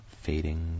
fading